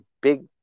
big